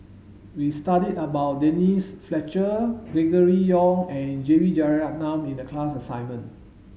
we studied about Denise Fletcher Gregory Yong and J B Jeyaretnam in the class assignment